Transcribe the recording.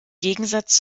gegensatz